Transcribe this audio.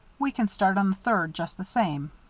we can start on the third just the same.